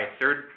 third